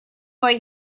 what